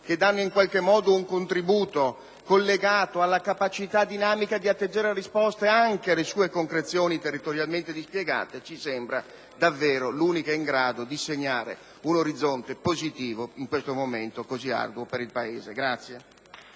che danno un contributo collegato alla loro capacità dinamica di atteggiare risposte anche rispetto alle loro concrezioni territorialmente dispiegate, è a nostro avviso l'unica in grado di segnare un orizzonte positivo in questo momento così arduo per il Paese.